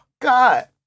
God